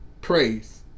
praise